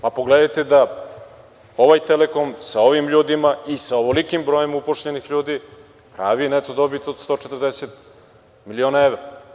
Pogledajte, ovaj „Telekom“, sa ovim ljudima i sa ovolikim brojem zaposlenih ljudi, pravi neto dobit od 140 miliona evra.